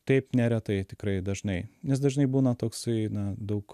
taip neretai tikrai dažnai nes dažnai būna toksai na daug